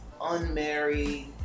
unmarried